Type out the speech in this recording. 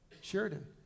Sheridan